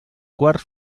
quarts